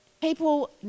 People